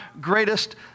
greatest